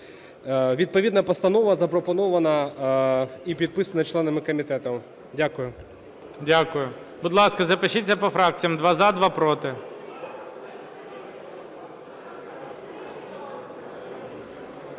Відповідна постанова запропонована і підписана членами комітету. Дякую. ГОЛОВУЮЧИЙ. Дякую. Будь ласка, запишіться по фракціям: два – за, два – проти.